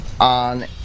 on